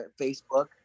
Facebook